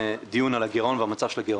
דיון על הגרעון ועל המצב של הגרעון.